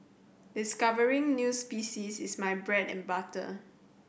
discovering new species is my bread and butter